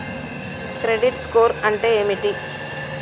Credit score అంటే ఏమిటి?